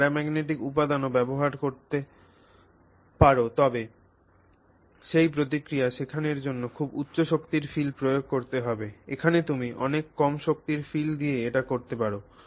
তুমি প্যারাম্যাগনেটিক উপাদানও ব্যবহার করতে পারতে তবে সেই প্রতিক্রিয়া দেখানোর জন্য খুব উচ্চ শক্তির ফিল্ড প্রয়োগ করতে হবে এখানে তুমি অনেক কম শক্তির ফিল্ড দিয়ে এটি করতে পার